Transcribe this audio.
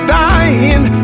dying